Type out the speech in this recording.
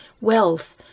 wealth